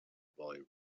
boy